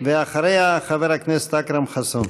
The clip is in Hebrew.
אחריה, חבר הכנסת אכרם חסון.